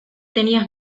tenías